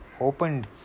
opened